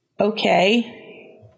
okay